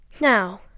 Now